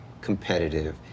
competitive